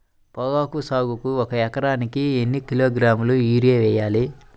పొగాకు సాగుకు ఒక ఎకరానికి ఎన్ని కిలోగ్రాముల యూరియా వేయాలి?